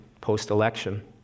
post-election